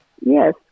Yes